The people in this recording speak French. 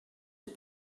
est